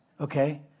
okay